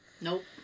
Nope